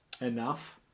enough